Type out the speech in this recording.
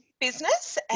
business